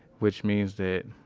which means that,